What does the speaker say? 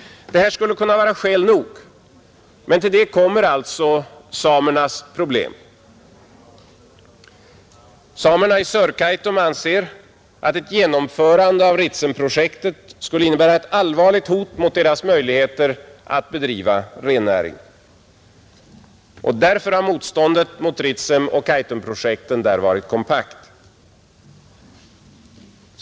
Det här skulle kunna vara skäl nog. Men till detta kommer samernas problem. Samerna i Sörkaitum anser att ett genomförande av Ritsemprojektet skulle innebära ett allvarligt hot mot deras möjligheter att bedriva rennäringen. Därför har motståndet mot Ritsemoch Kaitumprojekten där varit kompakt.